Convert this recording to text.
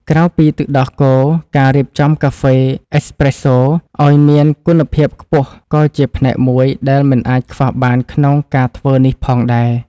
ក្រៅពីទឹកដោះគោ ការរៀបចំកាហ្វេអេសប្រេសូឱ្យមានគុណភាពខ្ពស់ក៏ជាផ្នែកមួយដែលមិនអាចខ្វះបានក្នុងការធ្វើនេះផងដែរ។